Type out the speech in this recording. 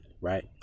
right